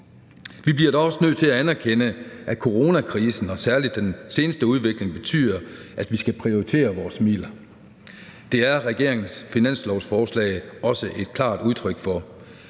Vi bliver dog også nødt til at anerkende, at coronakrisen og særlig den seneste udvikling betyder, at vi skal prioritere vores midler. Det er regeringens finanslovsforslag også et klart udtryk for.